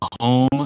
home